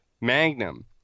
magnum